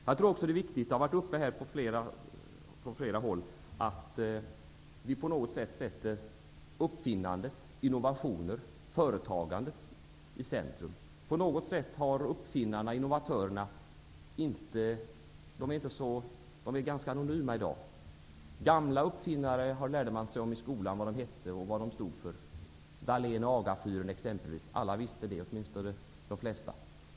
Det är också viktigt, som här har tagits upp på flera håll, att uppfinnandet, innovationen och företagandet på något vis sätts i centrum. Uppfinnarna och innovatörerna är ganska anonyma i dag. I skolan lärde man sig vad de gamla uppfinnarna hette och vad de stod för, exempelvis Dalén och Agafyren. Alla, eller åtminstone de flesta, kände till detta.